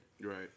Right